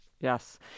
Yes